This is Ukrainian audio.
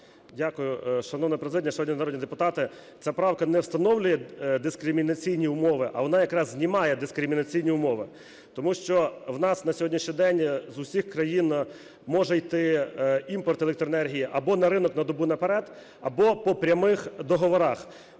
Дякую. Шановна президія! Шановні народні депутати! Ця правка не встановлює дискримінаційні умови, а вона якраз знімає дискримінаційні умови. Тому що у нас на сьогоднішній день з усіх країн може йти імпорт електроенергії або на ринок на добу наперед, або по прямих договорах.